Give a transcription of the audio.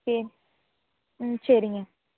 சரி ம் சரிங்க